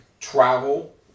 travel